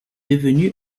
devenue